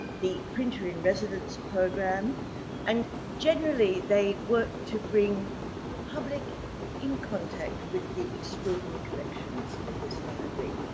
the printer in residence program and generally they work to bring the public in contact with the extraordinary collections of this library.